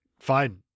Fine